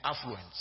affluence